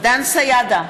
דן סידה,